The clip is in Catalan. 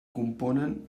componen